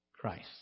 Christ